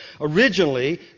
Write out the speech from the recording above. originally